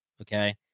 Okay